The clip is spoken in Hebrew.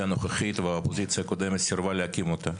הנוכחית והאופוזיציה הקודמת סירבה להקים אותה,